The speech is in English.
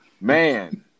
man